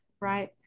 right